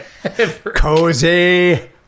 Cozy